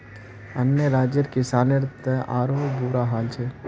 अन्य राज्यर किसानेर त आरोह बुरा हाल छेक